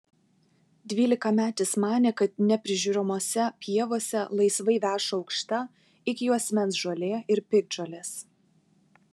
dvylikametis manė kad neprižiūrimose pievose laisvai veša aukšta iki juosmens žolė ir piktžolės